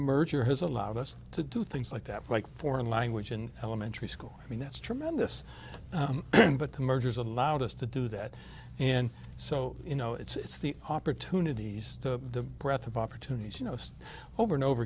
merger has allowed us to do things like that like foreign language in elementary school i mean that's tremendous but the mergers allowed us to do that and so you know it's the opportunities the breath of opportunities you know just over and over